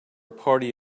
party